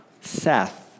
Seth